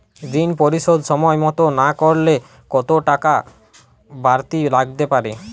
ঋন পরিশোধ সময় মতো না করলে কতো টাকা বারতি লাগতে পারে?